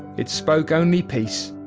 it spoke only peace.